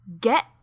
get